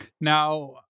Now